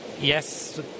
Yes